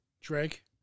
Drake